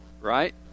Right